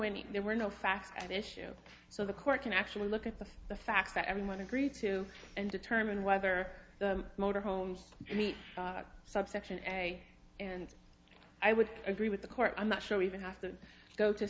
were no fast and issue so the court can actually look at the facts that everyone agreed to and determine whether the motorhomes subsection a and i would agree with the court i'm not sure we even have to go to